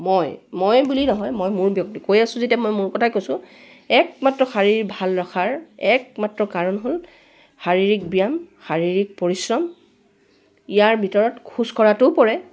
মই মই বুলি নহয় মই মোৰ ব্যক্তিগত কৈ আছোঁ যেতিয়া মই মোৰ কথাই কৈছোঁ একমাত্ৰ শাৰীৰ ভাল ৰখাৰ একমাত্ৰ কাৰণ হ'ল শাৰীৰিক ব্যায়াম শাৰীৰিক পৰিশ্ৰম ইয়াৰ ভিতৰত খোজকঢ়াটোও পৰে